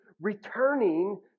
returning